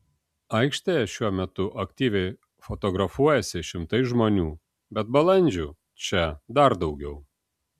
aikštėje šiuo metu aktyviai fotografuojasi šimtai žmonių bet balandžių čia dar daugiau